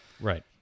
Right